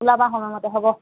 ওলাবা সময়মতে হ'ব